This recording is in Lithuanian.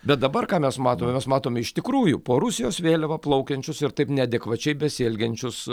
bet dabar ką mes matome mes matome iš tikrųjų po rusijos vėliava plaukiančius ir taip neadekvačiai besielgiančius